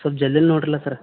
ಸ್ವಲ್ಪ ಜಲ್ದಿಲ್ಲಿ ನೋಡ್ರಲ ಸರ್ರ